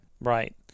right